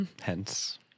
Hence